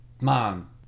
Mom